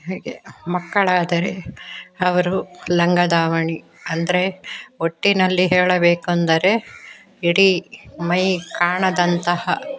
ಹೀಗೆ ಮಕ್ಕಳಾದರೆ ಅವರು ಲಂಗ ದಾವಣಿ ಅಂದರೆ ಒಟ್ಟಿನಲ್ಲಿ ಹೇಳಬೇಕೆಂದರೆ ಇಡೀ ಮೈ ಕಾಣದಂತಹ